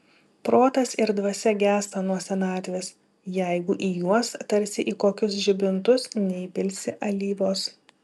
protas ir dvasia gęsta nuo senatvės jeigu į juos tarsi į kokius žibintus neįpilsi alyvos